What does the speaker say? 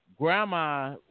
Grandma